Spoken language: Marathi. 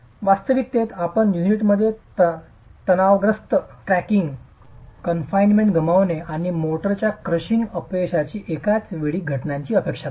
वास्तविकतेत आपण युनिटमध्ये तणावग्रस्त क्रॅकणि कन्फाइनमेन्ट गमावणे आणि मोर्टारच्या क्रशिंग अपयशाची एकाच वेळी घटनांची अपेक्षा करता